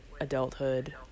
adulthood